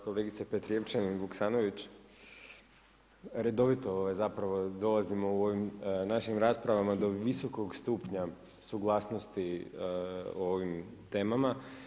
Kolegice Petrijevčanin Vuksanović redovito zapravo dolazimo u ovim našim raspravama do visokog stupnja suglasnosti o ovim temama.